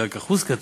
וכי רק אחוז קטן,